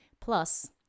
Plus